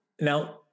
Now